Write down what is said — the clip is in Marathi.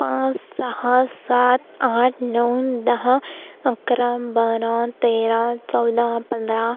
पाच सहा सात आठ नऊ दहा अकरा बारा तेरा चौदा पंधरा